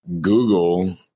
Google